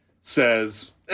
says